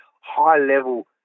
high-level